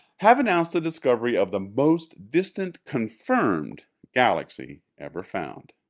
have announced the discovery of the most distant confirmed galaxy ever found.